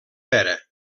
pera